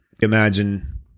Imagine